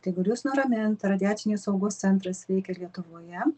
tai galiu jus nuramint radiacinės saugos centras veikia lietuvoje